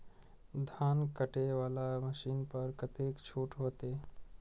धान कटे वाला मशीन पर कतेक छूट होते?